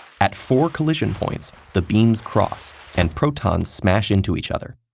at four collision points, the beams cross and protons smash into each other.